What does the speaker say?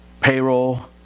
payroll